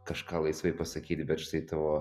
kažką laisvai pasakyt bet štai tavo